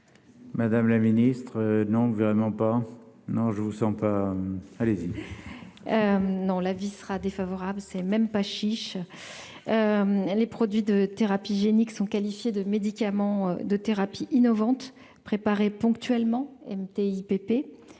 Madame la ministre, non vraiment pas, non je vous sens allez-y. Dans l'avis sera défavorable, c'est même pas chiche, les produits de thérapie génique sont qualifiés de médicaments de thérapie innovante ponctuellement M. TIPP,